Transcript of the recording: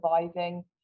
surviving